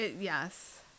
yes